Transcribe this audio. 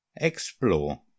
explore